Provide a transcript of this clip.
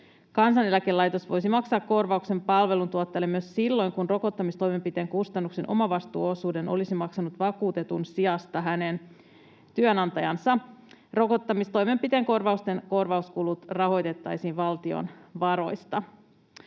Kansaneläkelaitos voisi maksaa korvauksen palveluntuottajalle myös silloin, kun rokottamistoimenpiteen kustannuksen omavastuuosuuden olisi maksanut vakuutetun sijasta hänen työnantajansa. Rokottamistoimenpiteen korvausten korvauskulut rahoitettaisiin valtion varoista.